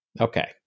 Okay